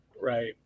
Right